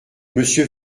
monsieur